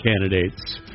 candidates